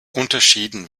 unterschieden